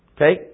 Okay